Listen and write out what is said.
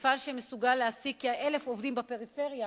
מפעל שמסוגל להעסיק כ-1,000 עובדים בפריפריה,